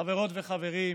חברות וחברים,